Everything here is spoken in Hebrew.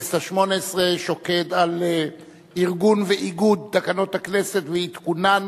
שוקד על ארגון ואיגוד תקנות הכנסת ועדכונן